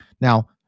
Now